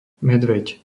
medveď